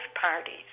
parties